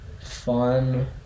Fun